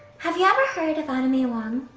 have you ever heard of anna may wong?